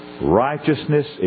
Righteousness